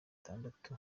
itandatu